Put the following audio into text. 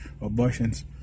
abortions